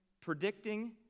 predicting